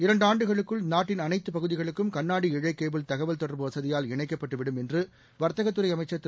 இரண்டு ஆண்டுகளுக்குள் நாட்டின் அனைத்து பகுதிகளும் கண்ணாடி இழை கேபிள் தகவல் தொடர்பு வசதியால் இணைக்கப்பட்டு விடும் என்று வர்த்தகத் துறை அமைச்சர் திரு